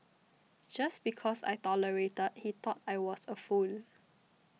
just because I tolerated he thought I was a fool